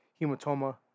hematoma